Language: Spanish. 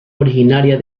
originaria